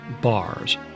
bars